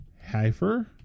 heifer